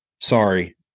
Sorry